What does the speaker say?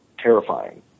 terrifying